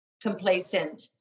complacent